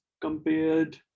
compared